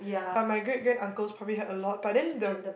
but my great granduncles probably had a lot but then the